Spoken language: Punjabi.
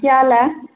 ਕਿਆ ਹਾਲ ਹੈ